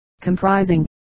comprising